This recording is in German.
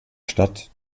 stadt